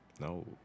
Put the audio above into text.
No